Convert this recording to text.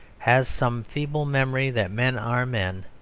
has some feeble memory that men are men,